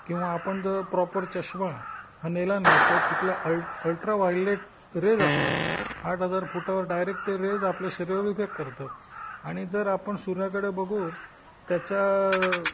किंवा आपण जर प्रॉपर चश्मा हा नेला नाही तर तिथला अल अल्ट्राव्हायलेट रेज असतात आठ हजार फुटावर डायरेक्ट ते रेज आपल्या शरीरावर इफेक्ट करतात आणि जर आपण सूर्याकडे बघून त्याच्या